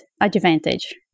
advantage